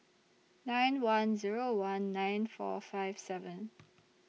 nine one Zero one nine four five seven